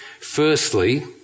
Firstly